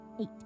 Eight